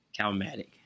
Calmatic